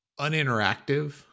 uninteractive